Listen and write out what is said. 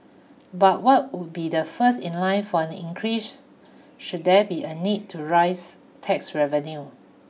but what would be the first in line from an increase should there be a need to rise tax revenue